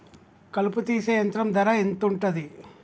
కలుపు తీసే యంత్రం ధర ఎంతుటది?